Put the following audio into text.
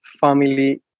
family